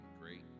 great